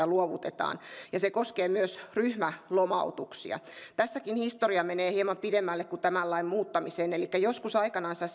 luovutaan ja se koskee myös ryhmälomautuksia tässäkin historia menee hieman pidemmälle kuin tämän lain muuttamiseen elikkä joskus aikanansa